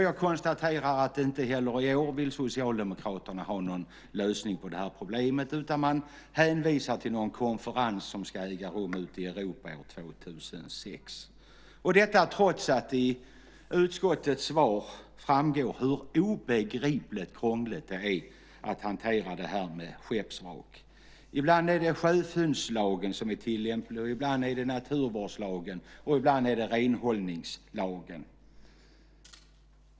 Jag konstaterar att Socialdemokraterna inte heller i år vill ha någon lösning på problemet. Man hänvisar till en konferens som ska äga rum ute i Europa år 2006. Detta gör man trots att det av utskottets svar framgår hur obegripligt krångligt det är att hantera frågan om skeppsvrak. Ibland är det sjöfyndslagen som är tillämplig, ibland är det naturvårdslagen, ibland är det renhållningslagen.